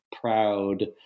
proud